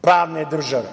pravne države,